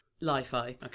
Li-Fi